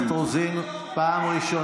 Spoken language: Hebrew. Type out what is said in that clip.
הפילוג, חברת הכנסת רוזין, פעם ראשונה.